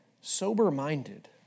sober-minded